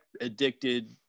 addicted